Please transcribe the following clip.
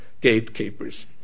gatekeepers